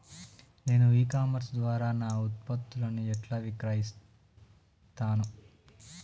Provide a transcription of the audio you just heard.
నేను e commerce ద్వారా నా ఉత్పత్తులను ఎట్లా విక్రయిత్తను?